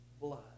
blood